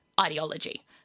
ideology